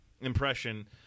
impression